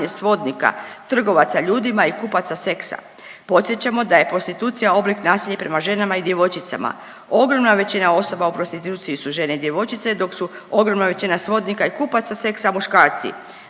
svodnika, trgovaca ljudima i kupaca seksa. Podsjećamo da je prostitucija oblik nasilja prema ženama i djevojčicama. Ogromna većina osoba u prostituciji su žene, djevojčice dok su ogromna većina svodnika i kupaca seksa muškarci.